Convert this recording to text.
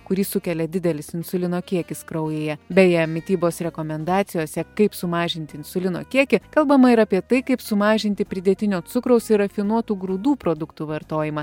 kurį sukelia didelis insulino kiekis kraujyje beje mitybos rekomendacijose kai sumažinti insulino kiekį kalbama ir apie tai kaip sumažinti pridėtinio cukraus ir rafinuotų grūdų produktų vartojimą